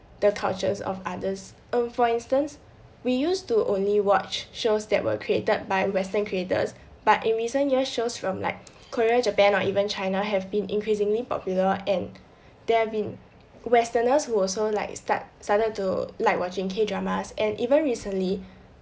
the cultures of others um for instance we used to only watch shows that were created by western creators but in recent years shows from like korea japan or even china have been increasingly popular and there have been westerners who also like start started to like watching k-dramas and even recently